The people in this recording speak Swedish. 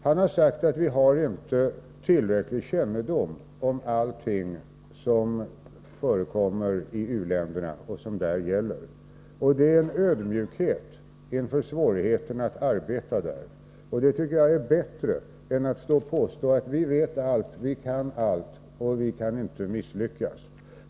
Han har sagt att vi inte har tillräcklig kännedom om allting som förekommer i u-länderna och allt som där gäller. Detta visar en ödmjukhet inför svårigheterna att arbeta där, och det tycker jag är bättre än att påstå att vi kan allt, vet allt och inte kan misslyckas.